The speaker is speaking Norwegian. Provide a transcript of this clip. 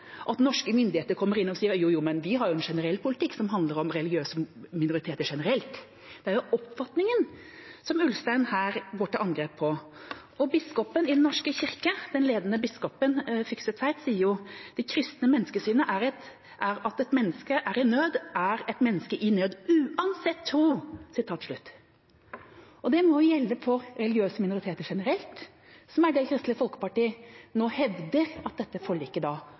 at norske myndigheter kommer inn og sier at vi har en generell politikk som handler om religiøse minoriteter generelt. Det er jo oppfatningen som Ulstein her går til angrep på. Biskopen i Den norske kirke, den ledende biskopen, Fykse Tveit, sier jo: Det kristne menneskesynet er: «Et menneske i nød er et menneske i nød, uansett tro». Det må gjelde for religiøse minoriteter generelt, som er det Kristelig Folkeparti nå hevder at dette